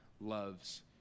loves